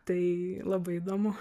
tai labai įdomu